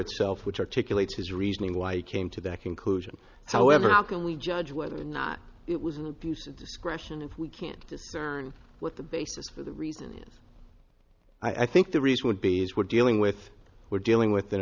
itself which articulate his reasoning why i came to that conclusion however how can we judge whether or not it was an abuse of discretion if we can't discern what the basis for the reason is i think the reason would be is we're dealing with we're dealing with an